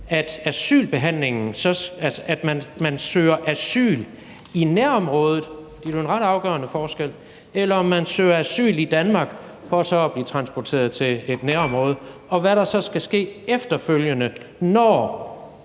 det synspunkt, at man søger asyl i nærområdet – for det er jo en ret afgørende forskel – eller om man søger asyl i Danmark for så at blive transporteret til et nærområde, og hvad der så skal ske efterfølgende, hvis